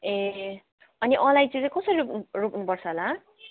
ए अनि अलैँची चाहिँ कसरी रोप्नुपर्छ होला